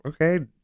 Okay